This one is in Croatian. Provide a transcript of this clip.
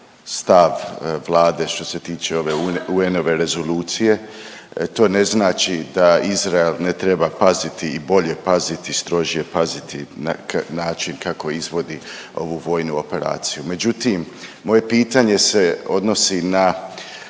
stav Vlade što se tiče ove UN-ove Rezolucije. To ne znači da Izrael ne treba paziti i bolje paziti, strožije paziti na način kako izvodi ovu vojnu operaciju. Međutim, moje pitanje se odnosi na